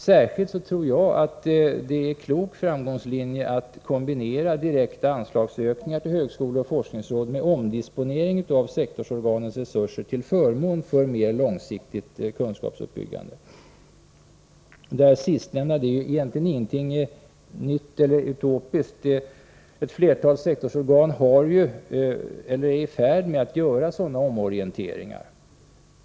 Särskilt tror jag det är en klok framgångslinje att kombinera direkta anslagsökningar till högskolor och forskningsråd med omdisponeringar av sektorsorganens resurser till förmån för mer långsiktigt kunskapsuppbyggande. Det sistnämnda är egentligen ingenting nytt eller utopiskt. Ett flertal sektorsorgan är ju i färd med att göra sådana omorienteringar.